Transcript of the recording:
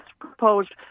proposed